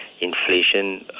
Inflation